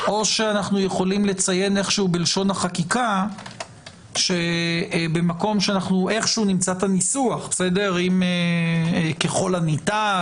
או אנו יכולים לציין בלשון החקיקה שבמקום שנמצא את הניסוח ככל הניתן,